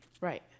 Right